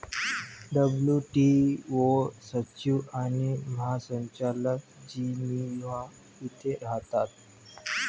WTO सचिव आणि महासंचालक जिनिव्हा येथे राहतात